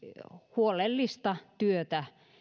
huolellista työtä